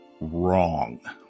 wrong